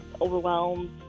overwhelmed